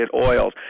oils